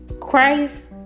Christ